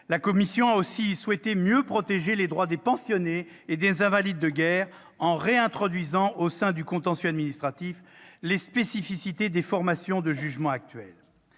La commission a aussi souhaité mieux protéger les droits des pensionnés et des invalides de guerre en réintroduisant, au sein du contentieux administratif, les spécificités des formations de jugement actuelles.